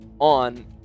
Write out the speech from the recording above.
on